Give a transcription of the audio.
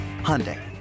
Hyundai